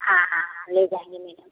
हाँ हाँ हाँ ले जाएँगे मैडम